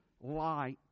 light